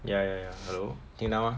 ya ya ya hello 听到 mah